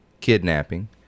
kidnapping